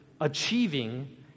achieving